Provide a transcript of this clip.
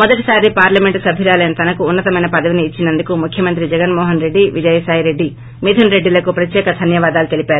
మొదటి సారి పార్లమెంట్ సభ్యురాలైన తనకు ఉన్స తమైన పదవిని ఇచ్చినందుకు ముఖ్యమంత్రి జగన్మోహనరెడ్డి విజయ సాయి రెడ్డి మిథున్ రెడ్డిలకి ప్రత్యేక ధన్యవాదాలు తెలిపారు